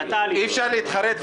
לא.